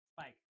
spike